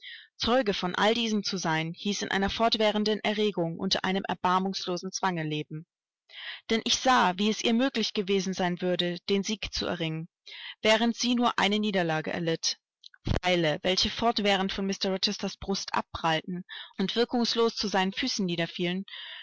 zeuge von all diesem zu sein hieß in einer fortwährenden erregung unter einem erbarmungslosen zwange leben denn ich sah wie es ihr möglich gewesen sein würde den sieg zu erringen während sie nur eine niederlage erlitt pfeile welche fortwährend von mr rochesters brust abprallten und wirkungslos zu seinen füßen